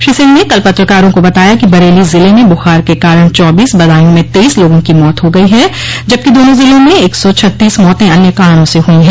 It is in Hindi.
श्री सिंह ने कल पत्रकारों को बताया कि बरेली जिले में बुखार के कारण चौबीस बदायूं में तेईस लोगों की मौत हो गई है जबकि दोनों जिलों में एक सौ छत्तीस मौतें अन्य कारणों से हुई हैं